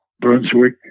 Brunswick